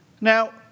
Now